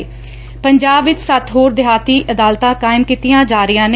ਪੰਜਾਬ ਵਿਚ ਸੱਤ ਹੋਰ ਦਿਹਾਤੀ ਅਦਾਲਤਾ ਕਾਇਮ ਕੀਤੀਆਂ ਜਾ ਰਹੀਆਂ ਨੇ